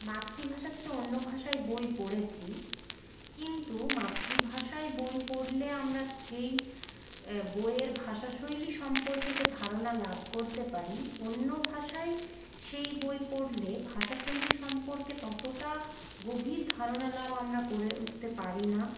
মাতৃভাষার চেয়ে অন্য ভাষায় বই পড়েছি কিন্তু মাতৃভাষায় বই পড়লে আমরা সেই বইয়ের ভাষা শৈলী সম্পর্কে যে ধারণা লাভ করতে পারি অন্য ভাষায় সেই বই পড়লে ভাষা শৈলী সম্পর্কে ততটা গভীর ধারনা লাভ আমরা করে উঠতে পারি না